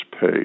pay